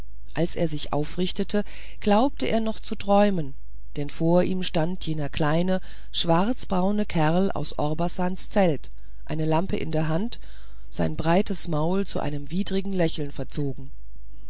als er sich aufrichtete glaubte er noch zu träumen denn vor ihm stand jener kleine schwarzbraune kerl aus orbasans zelt eine lampe in der hand sein breites maul zu einem widrigen lächeln verzogen